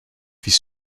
fait